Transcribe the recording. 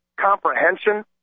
comprehension